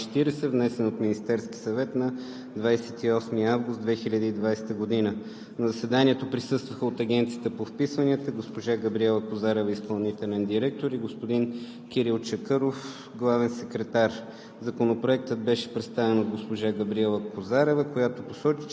обсъди Законопроект за изменение и допълнение на Закона за регистър БУЛСТАТ, № 002-01-40, внесен от Министерския съвет на 28 август 2020 г. На заседанието присъстваха – от Агенцията по вписванията: Габриела Козарева – изпълнителен директор, и Кирил Чакъров